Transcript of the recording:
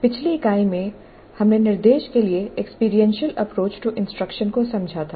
पिछली इकाई में हमने निर्देश के लिए एक्सपीरियंशियल अप्रोच टू इंस्ट्रक्शन को समझा था